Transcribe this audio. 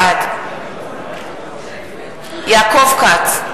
בעד יעקב כץ,